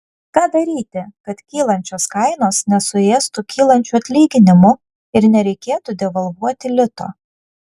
ką daryti kad kylančios kainos nesuėstų kylančių atlyginimų ir nereikėtų devalvuoti lito